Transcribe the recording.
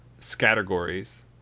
Scattergories